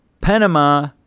Panama